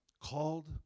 called